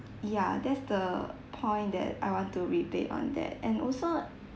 ya that's the point that I want to rebate on that and also